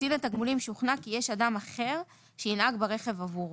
קצין התגמולים שוכנע כי יש אדם אחר שינהג ברכב עבורו.